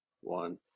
one